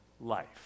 life